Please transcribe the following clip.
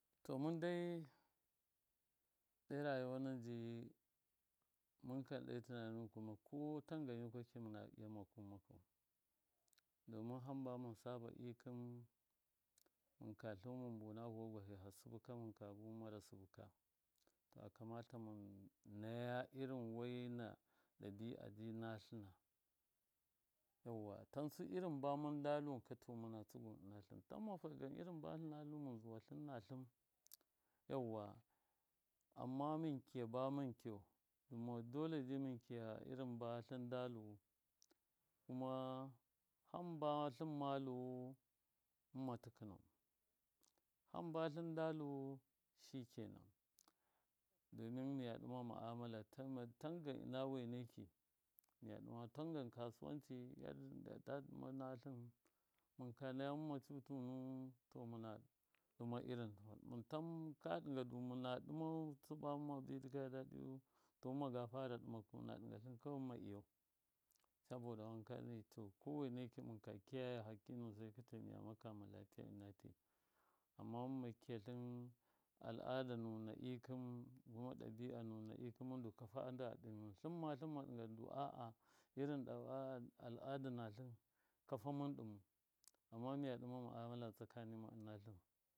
To mundai ɗo rayuwa nuwɨn ji mɨnkan ɗe tɨnani nuwɨn ko tangan yikweki mɨna iya makuwɨn makau domin hamba mɨn saba ɗikɨn mɨnka tluwɨn mɨnbuna vuwgwahi ha sɨbɨ ka mɨnka buwɨn mara sɨbɨka akamata mɨn naya irin waina ɗabɨ a ji natlɨna yauwa tansu irin bamɨn dalu ka to mɨna tsɨguwɨn ɨnatlɨn tamma fegan irin ba tlɨnalu mɨn zuwatlɨn natlɨn yauwa amma mɨnkiya ba mɨn kiyau dɨma dole dai mɨn kiya irin ba tlɨnda luwu kuma hamba tlɨmma luwu mɨmma tɨkɨna tlɨnu hamba tlindau shike nan domin miya ɗɨma ma. amala tangan ɨna waineki mi ɗɨmau tangan kasuwanci data ɗɨma natlɨn mɨnka naya, mɨma cutunu to mɨna ɗɨma irin natlɨn mɨn tamma ka ɗɨnga mɨna ɗɨmau. dɨma daidayu to mɨna ɗɨngatlɨn kawai mɨma iyau saboda wankani ko waineki mɨnka kiye haki nusai ka to miya tsɨgama lafiya ɨna ti amma mɨmma kiyatlɨn al. ada nuwɨn nakɨn na ikɨn ɗabi a nuwɨn mɨn du kafa ndɨ a ɗimu tlɨma tlɨma ɗɨnga du ndu a a irin al. ada natlɨn kafa mɨn ɗɨmu amma miya ɗima ma. amala tsaka nima ɨnatlɨn.